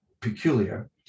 peculiar